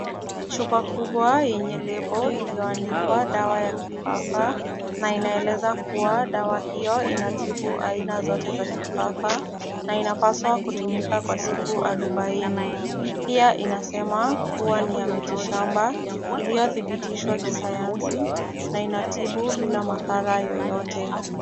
Chupa kubwa yenye labo iliyoandikwa dawa ya kifafa, na inaeleza kuwa dawa hiyo inatibu aina zote za kifafa, na inapaswa kutumika kwa siku arubaini, pia inasema kuwa ni ya miti shamba, iliyodhibitishwa kisayansi, na inatibu bila madhara yoyote.